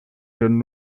jeunes